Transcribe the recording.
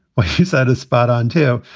well, he said is spot on, too.